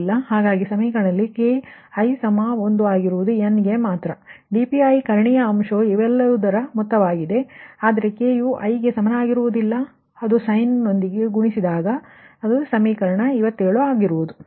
ಹಾಗಾಗಿ ಸಮೀಕರಣದಲ್ಲಿ k 1 ಆಗಿರುವುದು n ಗೆ ಮಾತ್ರ ಆದರೆ ಈ dPi ಕರ್ಣೀಯ ಅಂಶವು ಇವುಗಳೆಲ್ಲದರ ಮೊತ್ತವಾಗಿದೆ ಆದರೆ k ಯು i ಗೆ ಸಮನಾಗಿರುವುದಿಲ್ಲ ಆದರೆ sin ನೊಂದಿಗೆ ಗುಣಿಸಿದಾಗ ಸಮೀಕರಣ 57 ಆಗುತ್ತದೆ